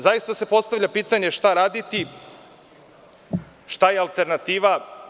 Zaista se postavlja pitanje šta raditi, šta je alternativa.